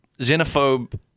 xenophobe –